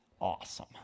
Awesome